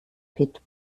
pit